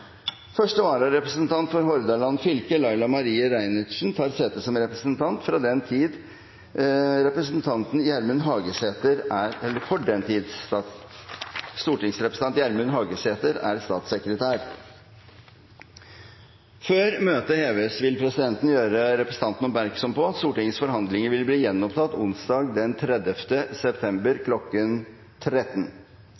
Første vararepresentant for Hordaland fylke, Laila Marie Reiertsen, tar sete som representant for den tid stortingsrepresentant Gjermund Hagesæter er statssekretær. Før møtet heves vil presidenten gjøre representantene oppmerksom på at Stortingets forhandlinger vil bli gjenopptatt onsdag den 30. september kl. 13.